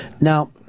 Now